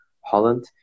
Holland